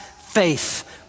faith